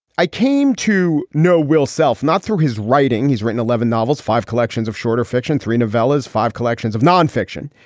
i came to know will self not through his writing. he's written eleven novels, five collections of shorter fiction, three novellas, five collections of non-fiction.